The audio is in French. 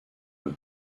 eux